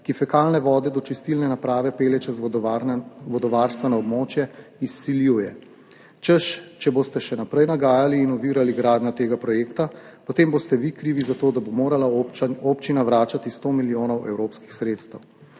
ki fekalne vode do čistilne naprave pelje čez vodovarstveno območje, izsiljuje, češ če boste še naprej nagajali in ovirali gradnjo tega projekta, potem boste vi krivi za to, da bo morala občina vračati 100 milijonov evropskih sredstev.